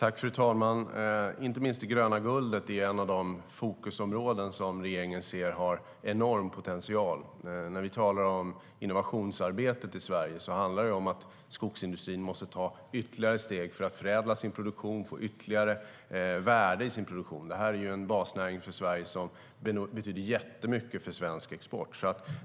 Fru talman! Inte minst det gröna guldet är ett av de fokusområden som regeringen ser har enorm potential. När vi talar om innovationsarbetet i Sverige handlar det om att skogsindustrin måste ta ytterligare steg för att förädla sin produktion och få ytterligare värde i sin produktion. Det här är en basnäring för Sverige som betyder jättemycket för svensk export.